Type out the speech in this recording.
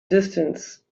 distance